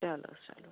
چلو چلو